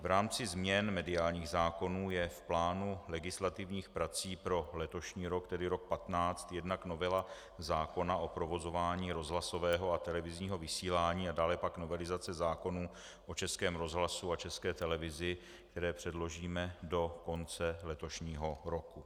V rámci změn mediálních zákonů je v plánu legislativních prací pro letošní rok, tedy rok 2015, jednak novela zákona o provozování rozhlasového a televizního vysílání a dále pak novelizace zákonů o Českém rozhlasu a České televizi, které předložíme do konce letošního roku.